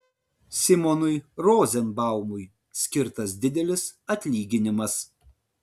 simonui rozenbaumui skirtas didelis atlyginimas